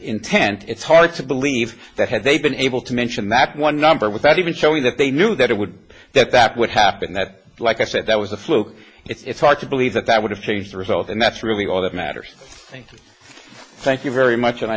intent it's hard to believe that had they been able to mention that one number without even showing that they knew that it would be that that would happen that like i said that was a fluke it's hard to believe that that would have changed the result and that's really all that matters thank you thank you very much and i